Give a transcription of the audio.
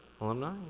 Alumni